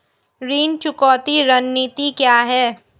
ऋण चुकौती रणनीति क्या है?